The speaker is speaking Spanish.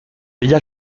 villa